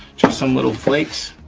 just some little flakes,